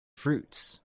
fruits